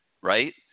right